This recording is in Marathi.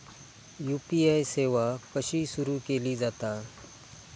यू.पी.आय सेवा कशी सुरू केली जाता?